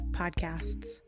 podcasts